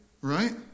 Right